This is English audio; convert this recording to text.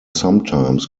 sometimes